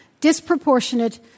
disproportionate